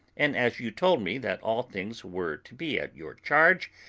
and as you told me that all things were to be at your charge,